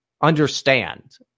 understand